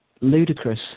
ludicrous